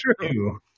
True